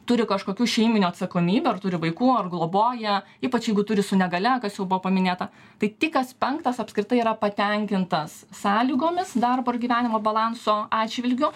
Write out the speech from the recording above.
turi kažkokių šeiminių atsakomybių ar turi vaikų ar globoja ypač jeigu turi su negalia kas jau buvo paminėta tai tik kas penktas apskritai yra patenkintas sąlygomis darbo ir gyvenimo balanso atžvilgiu